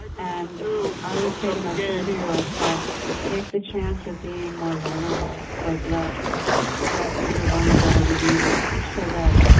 and i would say to my thirty year old self to take the chance of being more vulnerable like let let your vulnerability be there so that,